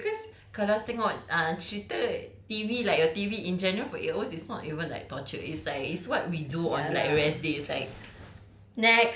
but then if like because kalau tengok ah cerita T_V like err T_V in general for eight hours it's not even like torture it's like it's what we do on like rest days like